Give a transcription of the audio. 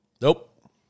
Nope